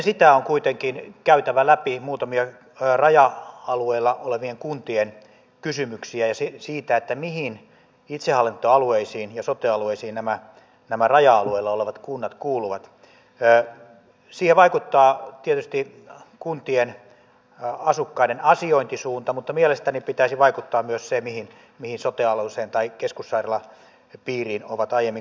kärkihanke on kuitenkin käytävä läpi muutamia raja alueella olevien kuntien kysymyksiä osin siitä mihin itsehallintoalueisiin ja sote alueisiin nämä nämä raja alueilla olevat kunnat kuuluvat päätään visio vaikuttaa erittäin tärkeä ja asukkaiden asiointisuunta mutta mielestäni pitäisi vaikuttaa myös välttämätön panostus liikenteen sujuvuuden ja turvallisuuden kannalta